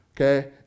Okay